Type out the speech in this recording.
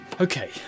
Okay